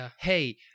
hey